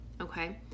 Okay